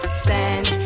stand